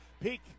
Peak